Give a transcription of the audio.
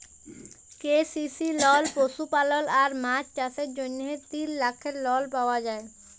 KCC লল পশুপালল আর মাছ চাষের জ্যনহে তিল লাখের লল পাউয়া যায়